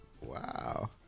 Wow